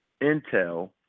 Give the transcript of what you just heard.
intel